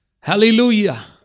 Hallelujah